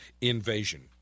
invasion